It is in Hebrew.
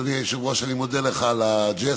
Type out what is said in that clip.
אדוני היושב-ראש, אני מודה לך על הג'סטה.